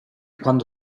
quando